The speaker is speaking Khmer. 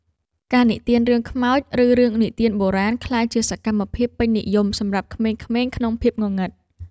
ការនិទានរឿងខ្មោច ឬរឿងនិទានបុរាណ ក្លាយជាសកម្មភាពពេញនិយមសម្រាប់ក្មេងៗក្នុងភាពងងឹត។